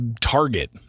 target